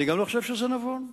אני גם לא חושב שזה נבון.